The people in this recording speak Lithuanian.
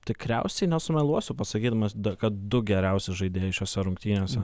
tikriausiai nesumeluosiu pasakydamas kad du geriausi žaidėjai šiose rungtynėse